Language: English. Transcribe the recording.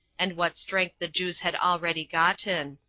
and what strength the jews had already gotten.